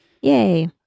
Yay